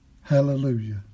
Hallelujah